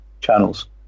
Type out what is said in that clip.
channels